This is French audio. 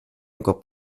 encore